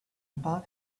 above